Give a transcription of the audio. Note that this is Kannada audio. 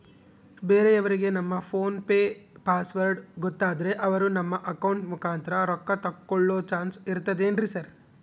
ಬೇರೆಯವರಿಗೆ ನಮ್ಮ ಫೋನ್ ಪೆ ಪಾಸ್ವರ್ಡ್ ಗೊತ್ತಾದ್ರೆ ಅವರು ನಮ್ಮ ಅಕೌಂಟ್ ಮುಖಾಂತರ ರೊಕ್ಕ ತಕ್ಕೊಳ್ಳೋ ಚಾನ್ಸ್ ಇರ್ತದೆನ್ರಿ ಸರ್?